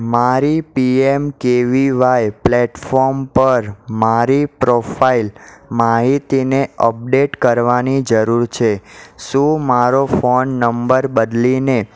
મારી P M K V Y platform પર મારી પ્રોફાઇલ માહિતીને અપડેટ કરવાની જરૂર છે શું મારો ફોન નંબર બદલીને